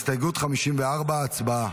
הסתייגות 54, הצבעה.